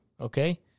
okay